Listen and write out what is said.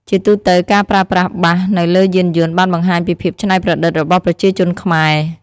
ជាទូទៅ ការប្រើប្រាស់បាសនៅលើយានយន្តបានបង្ហាញពីភាពច្នៃប្រឌិតរបស់ប្រជាជនខ្មែរ។